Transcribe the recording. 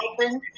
open